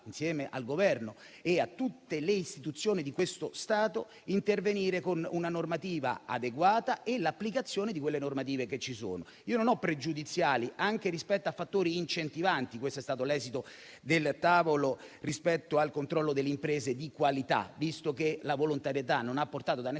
insieme al Governo e a tutte le istituzioni di questo Stato, intervenire con una normativa adeguata e l'applicazione delle normative esistenti. Io non ho pregiudiziali anche rispetto a fattori incentivanti. Questo è stato l'esito del tavolo rispetto al controllo delle imprese di qualità. Visto che la volontarietà non ha portato da nessuna